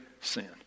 sin